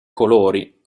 colori